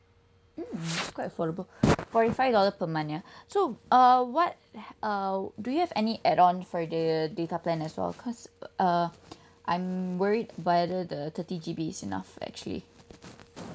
quite affordable forty five dollar per month ya so uh what uh do you have any add on for the data plan as well cause uh I'm worried whether the thirty G_B is enough actually